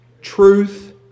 truth